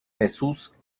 jesús